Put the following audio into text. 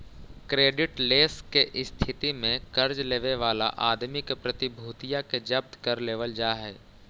creditless के स्थिति में कर्ज लेवे वाला आदमी के प्रतिभूतिया के जब्त कर लेवल जा हई